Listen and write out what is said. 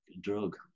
drug